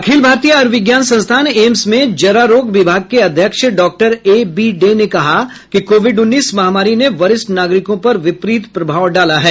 अखिल भारतीय आयुर्विज्ञान संस्थान एम्स में जरारोग विभाग के अध्यक्ष डॉ ए बी डे ने कहा कि कोविड उन्नीस महामारी ने वरिष्ठ नागरिकों पर विपरीत प्रभाव डाला है